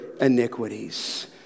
iniquities